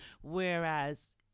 whereas